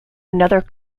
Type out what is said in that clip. another